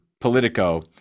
politico